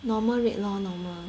normal rate lor normal